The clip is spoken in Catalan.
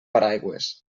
paraigües